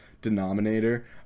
denominator